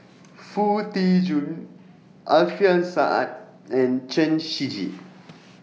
Foo Tee Jun Alfian Sa'at and Chen Shiji